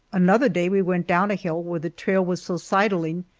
another day we went down a hill where the trail was so sidling,